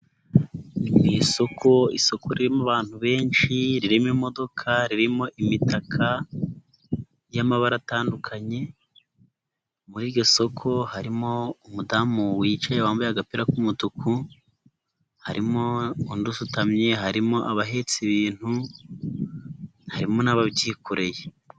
Mu isoko, isoko ririmo abantu benshi ririmo imodoka ririmo imitaka y'amabara atandukanye, muri iryo soko harimo umudamu wicaye wambaye agapira k'umutuku, harimo undi usutamye, harimo abahetse ibintu harimo n'ababyikoreye.